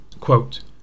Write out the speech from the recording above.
quote